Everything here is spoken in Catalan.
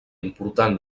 important